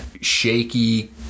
shaky